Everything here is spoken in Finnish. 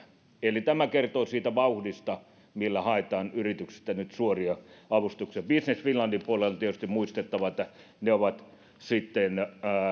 eli tämä kertoo siitä vauhdista millä haetaan yrityksistä nyt suoria avustuksia business finlandin puolella on tietysti muistettava että ne ovat sitten